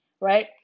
right